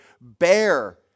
bear